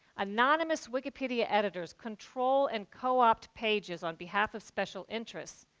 anonymous wikipedia editors control and co-opt pages on behalf of special interests.